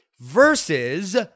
versus